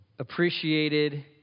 appreciated